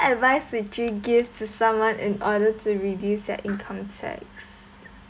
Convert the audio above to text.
advice would you give to someone in order to reduce their income tax